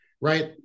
right